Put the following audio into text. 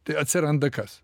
tai atsiranda kas